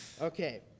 Okay